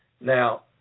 Now